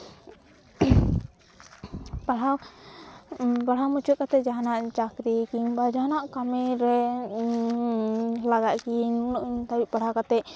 ᱯᱟᱲᱦᱟᱣ ᱯᱟᱲᱦᱟᱣ ᱢᱩᱪᱟᱹᱫ ᱠᱟᱛᱮ ᱡᱟᱦᱟᱱᱟᱜ ᱪᱟᱹᱠᱨᱤ ᱠᱤᱝᱵᱟ ᱡᱟᱦᱟᱱᱟᱜ ᱠᱟᱹᱤ ᱨᱮ ᱞᱟᱜᱟᱜ ᱜᱤᱭᱟᱹᱧ ᱩᱱᱟᱹᱜ ᱩᱱ ᱫᱷᱟᱹᱵᱤᱡ ᱯᱟᱲᱦᱟᱣ ᱠᱟᱛᱮ